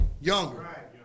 younger